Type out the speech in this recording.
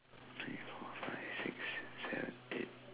three four five six seven eight